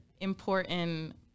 important